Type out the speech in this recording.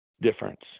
difference